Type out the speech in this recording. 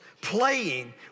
playing